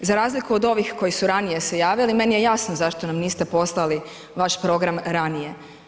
Za razliku od ovih koji su se ranije javili meni je jasno zašto nam niste poslali vaš program ranije.